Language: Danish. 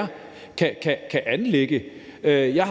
har f.eks.